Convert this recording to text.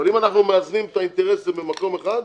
אבל אם אנחנו מאזנים את האינטרסים במקום אחד,